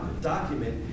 document